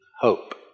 hope